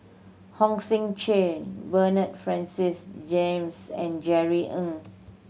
Hong Sek Chern Bernard Francis James and Jerry Ng